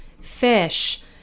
fish